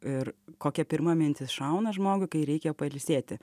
ir kokia pirma mintis šauna žmogui kai reikia pailsėti